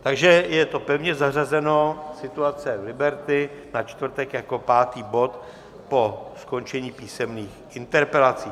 Takže je to pevně zařazeno, situace v Liberty, na čtvrtek jako pátý bod po skončení písemných interpelací.